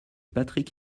patrick